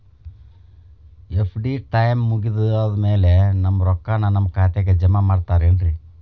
FD time ಮುಗಿದಾದ್ ಮ್ಯಾಲೆ ನಮ್ ರೊಕ್ಕಾನ ನಮ್ ಖಾತೆಗೆ ಜಮಾ ಮಾಡ್ತೇರೆನ್ರಿ?